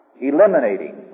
eliminating